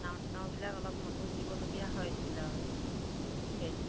নাও চাওবিলাক অলপ নতুন দিবলগীয়া হৈছিলে আৰু